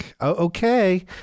okay